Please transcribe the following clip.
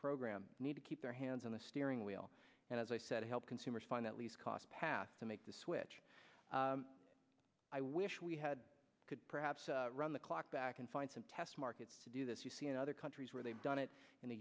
program need to keep their hands on the steering wheel and as i said help consumers find at least path to make the switch i wish we had could perhaps run the clock back and find some test markets to do this you see in other countries where they've done it in the